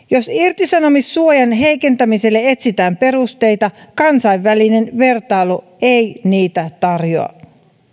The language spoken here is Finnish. jos irtisanomissuojan heikentämiselle etsitään perusteita kansainvälinen vertailu ei niitä tarjoa